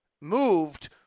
moved